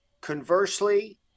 Conversely